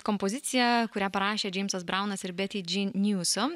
kompozicija kurią parašė džeimsas braunas ir bet beti dži niuson